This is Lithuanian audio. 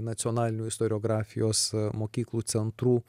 nacionalinių istoriografijos mokyklų centrų